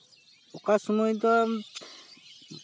ᱚᱠᱟ ᱥᱚᱢᱚᱭ ᱫᱚ